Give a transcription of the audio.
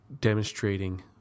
demonstrating